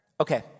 Okay